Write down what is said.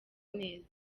neza